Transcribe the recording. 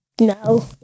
No